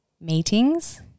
meetings